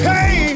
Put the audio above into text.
Hey